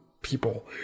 people